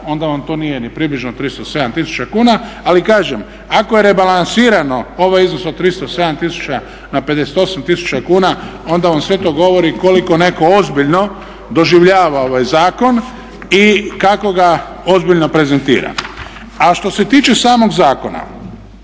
onda vam to nije ni približno 307 tisuća kuna. Ali kažem ako je rebalansiran ovaj iznos od 307 tisuća na 58 tisuća kuna onda vam sve to govori koliko netko ozbiljno doživljava ovaj zakon i kako ga ozbiljno prezentira. A što se tiče samog zakona,